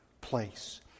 place